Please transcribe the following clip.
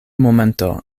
momento